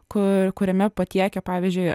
kur kuriame patiekia pavyzdžiui